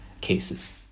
cases